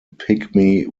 pygmy